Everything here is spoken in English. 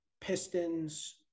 Pistons